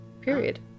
Period